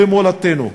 במולדתנו.